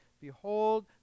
Behold